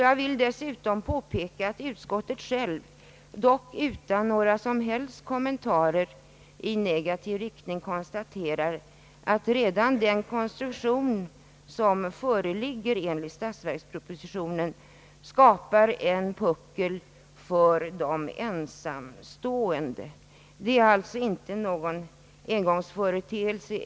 Jag vill dessutom påpeka att utskottet självt, dock utan några som helst kommentarer i negativ riktning, konstaterar att redan den konstruktion som föreligger enligt statsverkspropositionen skapar en puckel, nämligen för de ensamstående. Detta är alltså inte någon engångsföreteelse.